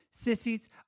Sissies